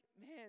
man